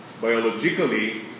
Biologically